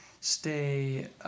stay